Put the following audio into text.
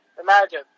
Imagine